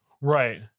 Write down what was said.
right